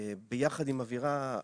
ביחד עם אווירה,